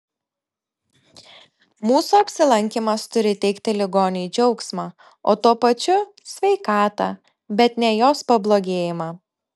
mūsų apsilankymas turi teikti ligoniui džiaugsmą o tuo pačiu sveikatą bet ne jos pablogėjimą